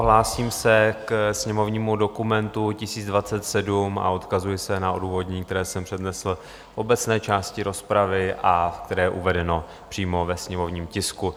Hlásím se ke sněmovnímu dokumentu 1027 a odkazuji se na odůvodnění, které jsem přednesl v obecné části rozpravy a které je uvedeno přímo ve sněmovním tisku.